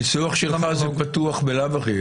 הניסוח פתוח בלאו הכי.